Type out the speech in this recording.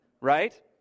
right